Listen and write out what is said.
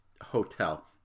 Hotel